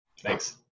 Thanks